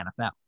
NFL